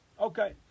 Okay